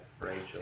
Rachel